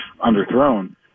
underthrown